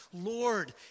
Lord